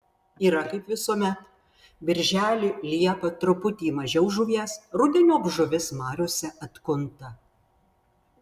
yra kaip visuomet birželį liepą truputį mažiau žuvies rudeniop žuvis mariose atkunta